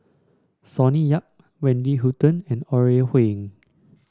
Sonny Yap Wendy Hutton and Ore Huiying